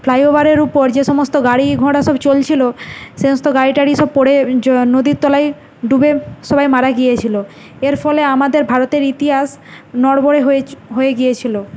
ফ্লাইওভারের উপর যে সমস্ত গাড়ি ঘোড়া সব চলছিল সে সমস্ত গাড়ি টাড়ি সব পড়ে নদীর তলায় ডুবে সবাই মারা গিয়েছিল এর ফলে আমাদের ভারতের ইতিহাস নড়বড়ে হয়ে হয়ে গিয়েছিল